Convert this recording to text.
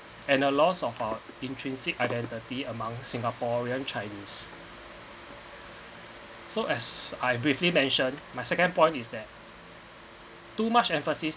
and a lost of our intrinsic identity among singaporean chinese so as I briefly mention my second point is that too much emphasis